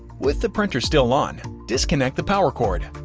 with the printer still on, disconnect the power cord.